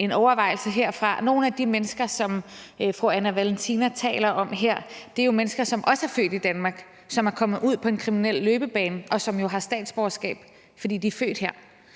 en overvejelse herfra. Nogle af de mennesker, som fru Anne Valentina Berthelsen taler om her, er jo mennesker, som også er født i Danmark, som er kommet ud på en kriminel løbebane, og som jo har statsborgerskab, fordi de er født her.